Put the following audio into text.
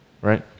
right